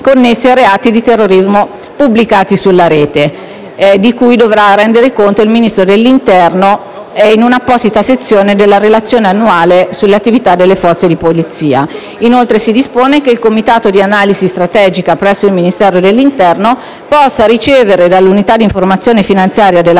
connessi a reati di terrorismo pubblicati sulla rete, di cui dovrà rendere conto il Ministro dell'interno in un'apposita sezione della relazione annuale sull'attività delle forze di polizia. Inoltre, si dispone che il Comitato di analisi strategica presso il Ministero dell'interno possa ricevere dall'Unità di informazione finanziaria della